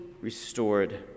restored